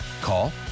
Call